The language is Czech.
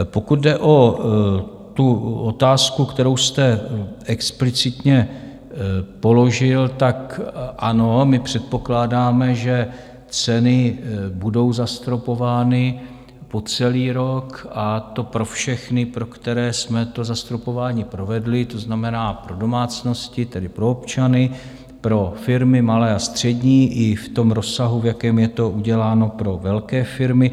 Pokud jde o otázku, kterou jste explicitně položil, tak ano, my předpokládáme, že ceny budou zastropovány po celý rok, a to pro všechny, pro které jsme to zastropování provedli, to znamená pro domácnosti, tedy pro občany, pro firmy malé a střední i v tom rozsahu, v jakém je to uděláno pro velké firmy.